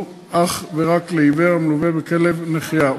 אך ורק לגבי עיוור המלווה בכלב נחייה.